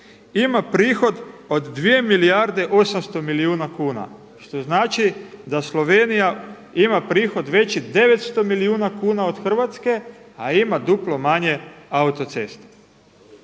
ima prihod od 2 milijarde 800 milijuna kuna. Što znači da Slovenija ima prihod veći 900 milijuna kuna od Hrvatske a ima duplo manje autocesta.